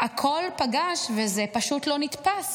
והכול פגש, וזה פשוט לא נתפס.